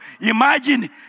imagine